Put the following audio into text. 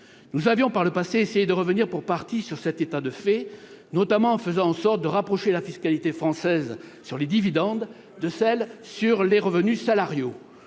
Nous avions, par le passé, essayé de revenir pour partie sur cet état des choses, notamment en faisant en sorte de rapprocher la fiscalité française sur les dividendes de celle qui s'applique aux revenus salariaux.